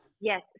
yes